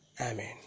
Amen